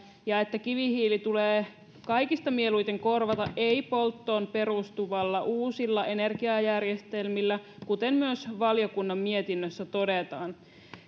ja että kivihiili tulee kaikista mieluiten korvata ei polttoon perustuvilla uusilla energiajärjestelmillä kuten myös valiokunnan mietinnössä todetaan